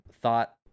thought